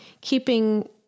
keeping